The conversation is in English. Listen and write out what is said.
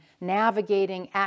navigating